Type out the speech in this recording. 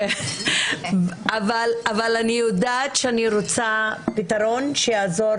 אבל אני יודעת שאני רוצה פתרון שיעזור